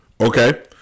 okay